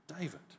David